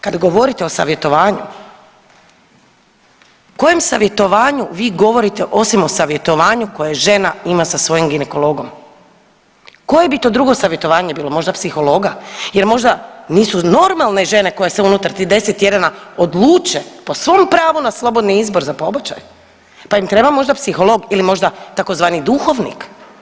Kad govorite o savjetovanju, o kojem savjetovanju vi govorite osim o savjetovanju koje žena ima sa svojim ginekologom, koje bi to drugo savjetovanje bilo, možda psihologa jer možda nisu normalne žene koje se unutar tih 10 tjedana odluče po svom pravu na slobodni izbor za pobačaj, pa im treba možda psiholog ili možda tzv. duhovnik.